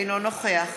אינו נוכח